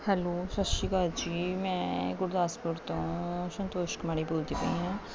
hello ਸਤਿ ਸ਼੍ਰੀ ਅਕਾਲ ਜੀ ਮੈਂ ਗੁਰਦਾਸਪੁਰ ਤੋਂ ਸੰਤੋਸ਼ ਕੁਮਾਰੀ ਬੋਲਦੀ ਪਈ ਹਾਂ